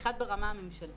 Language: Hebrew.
אחד, ברמה הממשלתית.